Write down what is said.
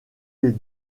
les